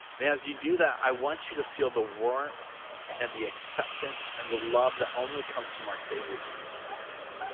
as you do that i want you to feel the warmth and the acceptance and the love that only comes from our savior jesus christ